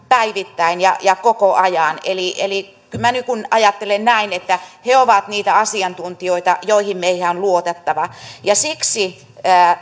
päivittäin ja ja koko ajan eli eli kyllä minä ajattelen näin että he ovat niitä asiantuntijoita joihin meidän on luotettava ja siksi